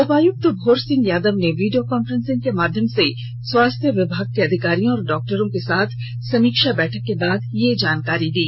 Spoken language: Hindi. उपायक्त भोर सिंह यादव ने वीडियो कॉन्फ्रेंसिंग के माध्यम से स्वास्थ्य विभाग के अधिकारियों और डॉक्टरों के साथ समीक्षा बैठक के बाद यह जानकारी दी